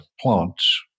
plants